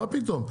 מה פתאום.